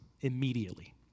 immediately